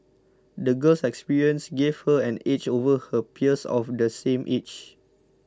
the girl's experiences gave her an edge over her peers of the same age